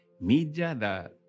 media